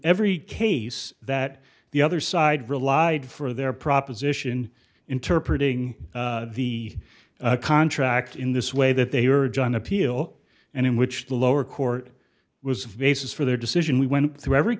every case that the other side relied for their proposition interpret ing the contract in this way that they are john appeal and in which the lower court was vases for their decision we went through every